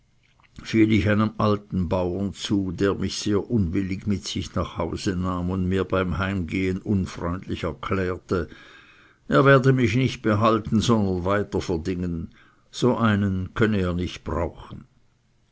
fiel ich einem alten bauern zu der mich sehr unwillig mit sich nach hause nahm und mir beim heimgehen unfreundlich erklärte er werde mich nicht behalten sondern weiter verdingen so einen könne er nicht brauchen